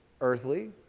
earthly